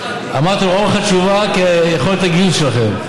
אמרתם: אורך התשובה כיכולת הגיוס שלכם.